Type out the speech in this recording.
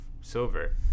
silver